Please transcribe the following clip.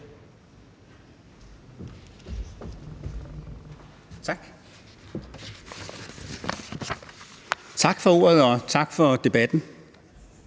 (RV): Tak for ordet, og tak for debatten.